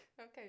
okay